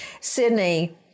Sydney